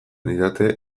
didate